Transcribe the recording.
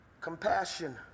compassion